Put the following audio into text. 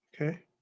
okay